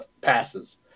passes